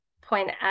point